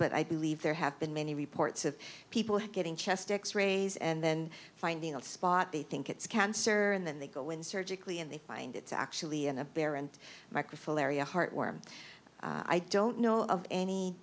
but i believe there have been many reports of people getting chest x rays and then finding a spot they think it's cancer and then they go in surgically and they find it's actually in a bear and microphone area heartworm i don't know of any